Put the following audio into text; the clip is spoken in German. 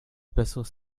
besseres